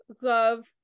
love